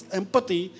empathy